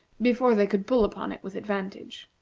before they could pull upon it with advantage.